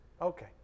Okay